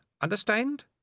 Understand